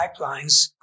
pipelines